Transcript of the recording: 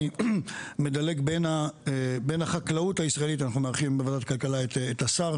אני מדלג בין החקלאות הישראלית אנחנו מארחים בוועדת הכלכלה את השר